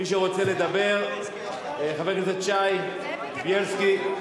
מי שרוצה לדבר, חבר הכנסת שי, בילסקי,